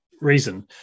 reason